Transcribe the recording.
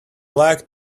like